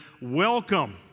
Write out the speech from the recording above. welcome